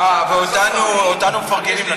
אה, ואותנו, ואותנו, מפרגנים לנו.